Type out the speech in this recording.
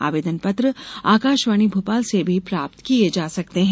आवेदन पत्र आकाशवाणी भोपाल से भी प्राप्त किये जा सकते हैं